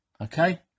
okay